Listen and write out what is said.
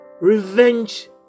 revenge